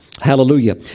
Hallelujah